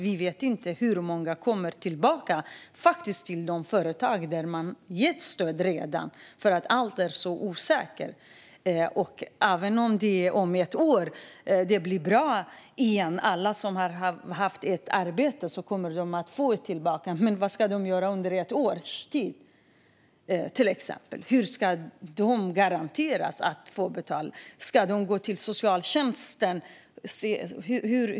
Vi vet inte hur många som får komma tillbaka till de företag som redan har fått stöd, för allt är så osäkert. Även om det blir bra igen om ett år och alla som har haft ett arbete får tillbaka det då - vad ska de göra under ett års tid? Hur ska man garantera att de kan betala? Ska de gå till socialtjänsten?